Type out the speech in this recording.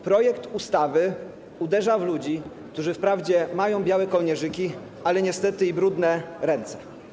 Projekt ustawy uderza w ludzi, którzy wprawdzie mają białe kołnierzyki, ale niestety i brudne ręce.